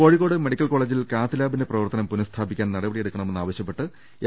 Kozhikode medical കോളേജിൽ കാത്ലാബിന്റെ പ്രവർത്തനം പുനഃസ്ഥാപിക്കാൻ നടപടിയെടുക്കണമെന്നാ വശ്യപ്പെട്ട് എം